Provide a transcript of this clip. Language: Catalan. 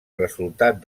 resultat